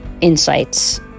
insights